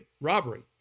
robbery